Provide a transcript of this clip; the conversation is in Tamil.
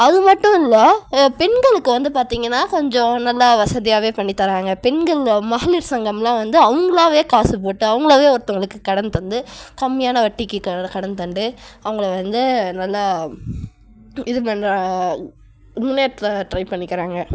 அது மட்டும் இல்லை பெண்களுக்கு வந்து பார்த்திங்கன்னா கொஞ்சம் நல்லா வசதியாகவே பண்ணி தராங்க பெண்கள் மகளிர் சங்கமெலாம் வந்து அவங்களாகவே காசு போட்டு அவங்களாகவே ஒருத்தவர்களுக்கு கடன் தந்து கம்மியான வட்டிக்கு கட கடன் தந்து அவங்களை வந்து நல்லா இது பண்ணுறாங்க முன்னேற்ற ட்ரை பண்ணிக்கிறாங்க